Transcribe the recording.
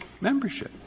membership